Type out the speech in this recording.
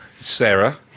Sarah